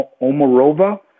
Omarova